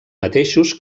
mateixos